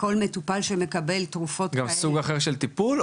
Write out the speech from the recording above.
מטופל שמקבל תרופות - גם סוג אחר של טיפול,